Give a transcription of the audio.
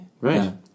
Right